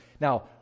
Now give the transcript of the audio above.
Now